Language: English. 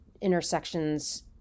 intersections